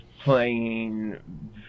playing